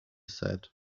said